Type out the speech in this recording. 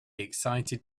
excited